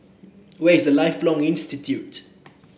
where is Lifelong Learning Institute